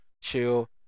chill